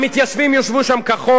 המתיישבים ישבו שם כחוק,